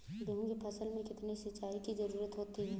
गेहूँ की फसल में कितनी सिंचाई की जरूरत होती है?